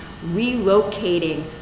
relocating